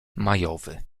majowy